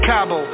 Cabo